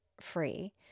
free